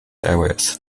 areas